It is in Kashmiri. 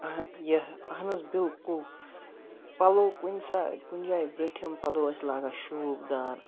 اہَن یا اَہن حظ بِلکُل پَلو کُنہِ ساتہٕ کُنہِ جایہِ برٛوٗنٛٹھِم پَلو ٲسۍ لگان شوٗب دار